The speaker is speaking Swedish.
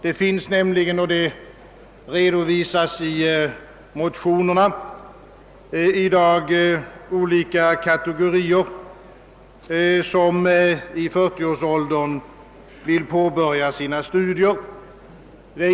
Det finns nämligen i dag, vilket redovisas i motionerna, olika kategorier som i 40-årsåldern vill påbörja sina studier.